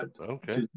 okay